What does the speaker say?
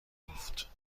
گفت